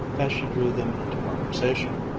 as she drew them into conversation,